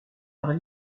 par